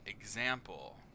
example